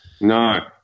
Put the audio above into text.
No